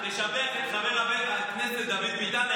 לשבח את חבר הכנסת דוד ביטן,